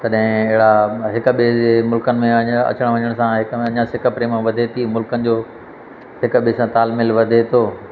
तॾहिं अहिड़ा हिक ॿिए जे मुल्क़नि में अञा अचण वञण सां हिक में अञा सिक प्रेम वधे थी मुल्क़नि जो हिक ॿिए सां तालमेल वधे थो